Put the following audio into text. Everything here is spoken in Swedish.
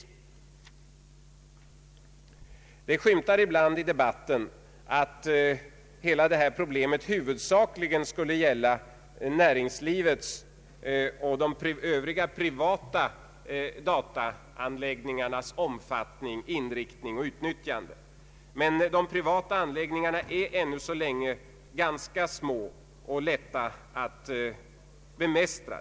I debatten skymtar ibland att hela detta problem huvudsakligen skulle gälla näringslivets och övriga privata dataanläggningars omfattning, inriktning och utnyttjande. Men de privata anläggningarna är ännu så länge ganska små och lätta att bemästra.